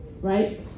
right